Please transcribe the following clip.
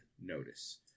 notice